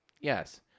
Yes